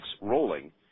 rolling